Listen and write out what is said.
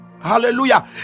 Hallelujah